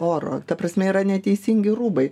oro ta prasme yra neteisingi rūbai